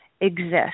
exist